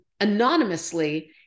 anonymously